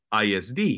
ISD